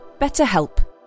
BetterHelp